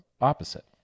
opposite